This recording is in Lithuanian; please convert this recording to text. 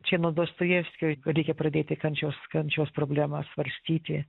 čia nuo dostojevskio reikia pradėti kančios kančios problemą svarstyti